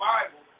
Bible